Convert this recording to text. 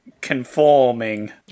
conforming